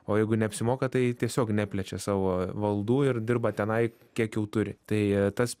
o jeigu neapsimoka tai tiesiog neplečia savo valdų ir dirba tenai kiek jau turi tai tas